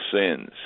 sins